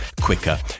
quicker